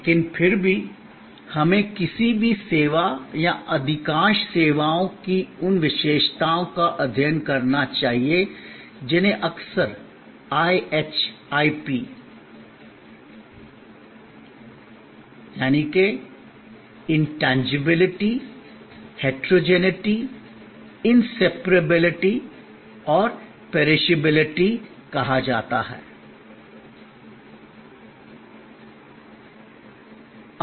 लेकिन फिर भी हमें किसी भी सेवा या अधिकांश सेवाओं की इन विशेषताओं का अध्ययन करना चाहिए जिन्हें अक्सर IHIP अमूर्तता विविधता अविभाज्यता और भंगुरताविनाशशीलता IHIPIntangibility Heterogeneity Inseparability and Perishability कहा जाता है